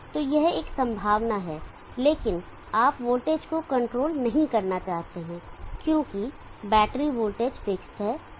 तो यह एक संभावना है लेकिन आप वोल्टेज को कंट्रोल नहीं करना चाहते हैं क्योंकि बैटरी वोल्टेज फिक्सड है